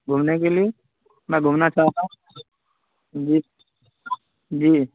گھومنے کے لیے میں گھومنا چاہتا ہوں جی جی